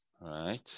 right